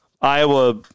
Iowa